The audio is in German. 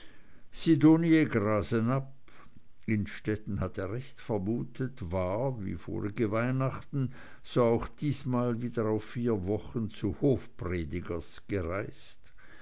sidonie grasenabb innstetten hatte recht vermutet war wie vorige weihnachten so auch diesmal wieder auf vier wochen zu hofpredigers gereist